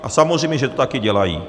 A samozřejmě že to také dělají.